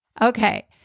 Okay